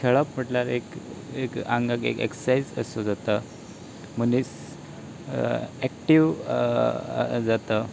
खेळप म्हटल्यार एक एक आंगाक एक एक्सरजाय असो जाता मनीस एक्टीव जाता